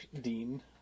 Dean